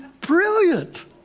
brilliant